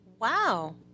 Wow